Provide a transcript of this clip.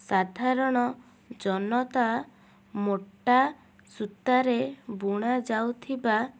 ସାଧାରଣ ଜନତା ମୋଟା ସୂତାରେ ବୁଣା ଯାଉଥିବା